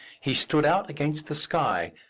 he stood out against the sky,